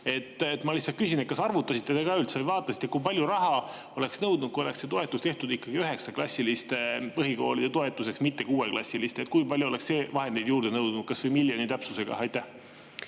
Ma lihtsalt küsin, kas te üldse arvutasite, vaatasite, kui palju raha oleks nõudnud, kui see toetus oleks tehtud ikkagi üheksaklassiliste põhikoolide toetuseks, mitte kuueklassiliste [toetuseks]. Kui palju oleks see vahendeid juurde nõudnud, kas või miljoni täpsusega?